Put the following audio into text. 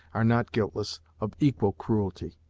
are not guiltless of equal cruelty.